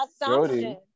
assumption